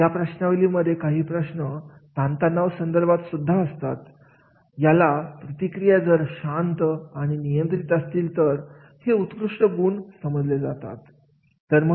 या प्रश्नावली मध्ये काही प्रश्न ताणतणाव संदर्भात असतात याला प्रतिक्रिया जर शांत आणि नियंत्रित असतील तर हे उत्कृष्ट गुण समजले जाते